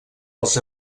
els